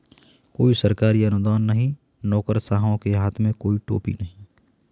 कोई सरकारी अनुदान नहीं, नौकरशाहों के हाथ में कोई टोपी नहीं